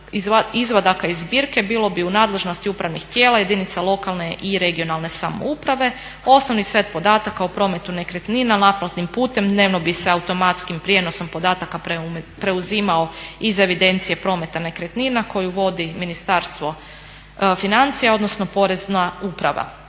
izvadaka iz zbirke bilo bi u nadležnosti upravnih tijela jedinica lokalne i regionalne samouprave. Osnovni set podataka o prometu nekretnina naplatnim putem, dnevno bi se automatskim prijenosom podataka preuzimao iz evidencije prometa nekretnina koju vodi Ministarstvo financija, odnosno Porezna uprava.